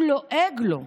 הוא לועג לו,